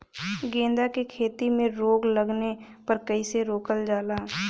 गेंदा की खेती में रोग लगने पर कैसे रोकल जाला?